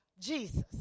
Jesus